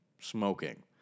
smoking